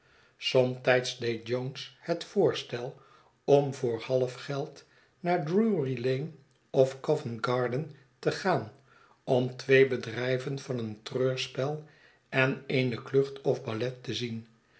somtijds deed jones het voorstel om voor halfgeld naar drury-lane ofcovent garden tegaanom twee bedryven van een treurspel en eene klucht of ballet te zien